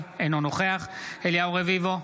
אינו נוכח אליהו רביבו,